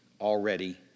already